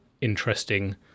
interesting